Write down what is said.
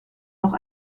noch